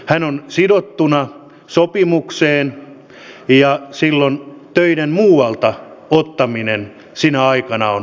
hän on sidottuna sopimukseen ja silloin töiden muualta ottaminen sinä aikana on mahdotonta